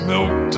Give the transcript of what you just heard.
milk